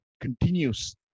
continues